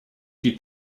die